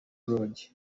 lodge